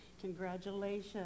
Congratulations